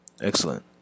Excellent